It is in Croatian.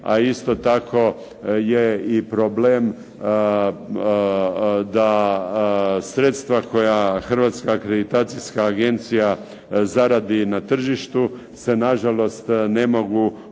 A isto tako je i problem da sredstva koja Hrvatska akreditacijska agencija zaradi na tržištu se na žalost ne mogu upotrijebiti